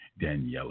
Daniela